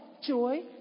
joy